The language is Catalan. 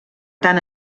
tant